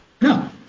No